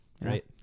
right